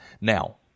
now